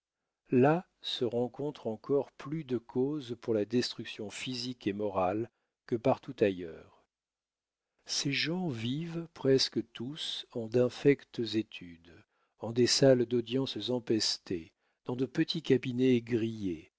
là se rencontrent encore plus de causes pour la destruction physique et morale que partout ailleurs ces gens vivent presque tous en d'infectes études en des salles d'audiences empestées dans de petits cabinets grillés